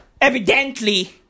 evidently